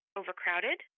overcrowded